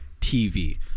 TV